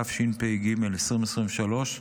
התשפ"ג 2023,